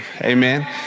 amen